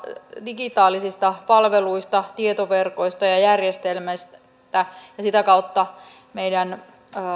digitaalisista palveluista tietoverkoista ja ja järjestelmistä ja sitä kautta meidän